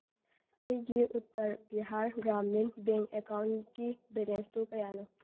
ꯑꯩꯒꯤ ꯎꯇꯔ ꯕꯤꯍꯥꯔ ꯒ꯭ꯔꯥꯃꯤꯟ ꯕꯦꯡ ꯑꯦꯀꯥꯎꯟꯀꯤ ꯕꯦꯂꯦꯟꯁꯇꯨ ꯀꯌꯥꯅꯣ